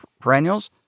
perennials